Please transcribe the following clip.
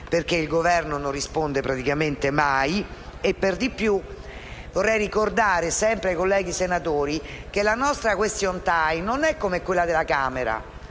perché il Governo non risponde praticamente mai. Per di più, vorrei ricordare sempre ai colleghi senatori che il nostro *question time* non è come quello della Camera